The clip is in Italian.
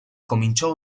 cominciò